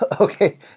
Okay